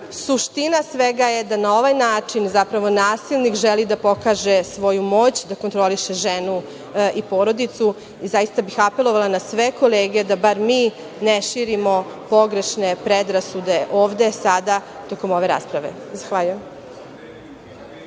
Suština svega je da na ovaj način, zapravo, nasilnik želi da pokaže svoju moć, da kontroliše ženu i porodicu. Zaista bih apelovala na sve kolege da bar mi ne širimo pogrešne predrasude ovde, sada, tokom ove rasprave. Zahvaljujem.